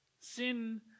Sin